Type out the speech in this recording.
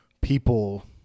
people